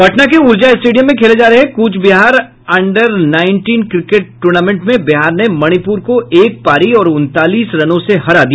पटना के ऊर्जा स्टेडियम में खेले जा रहे Cooch Behar under nineteen cricket tournament में बिहार ने मणिपुर को एक पारी और उनतालीस रनों से हर दिया